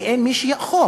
ואין מי שיאכוף,